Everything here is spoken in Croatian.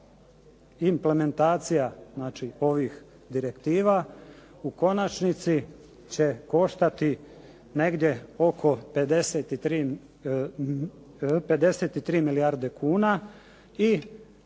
implementacija znači ovih direktiva u konačnici će koštati negdje oko 53 milijarde kuna i